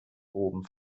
oben